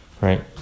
Right